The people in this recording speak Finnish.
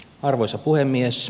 arvoisa puhemies